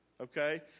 okay